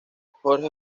jorge